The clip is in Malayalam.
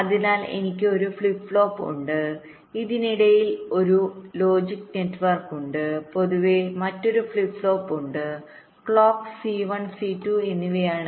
അതിനാൽ എനിക്ക് ഒരു ഫ്ലിപ്പ് ഫ്ലോപ്പ് ഉണ്ട് ഇതിനിടയിൽ ഒരു ലോജിക് നെറ്റ്വർക്ക് ഉണ്ട് പൊതുവായി മറ്റൊരു ഫ്ലിപ്പ് ഫ്ലോപ്പ് ഉണ്ട് ക്ലോക്ക് C1 C2 എന്നിവയാണ്